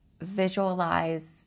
visualize